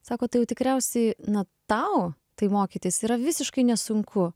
sako tai jau tikriausiai na tau tai mokytis yra visiškai nesunku